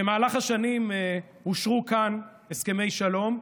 במהלך השנים אושרו כאן הסכמי שלום,